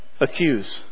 accuse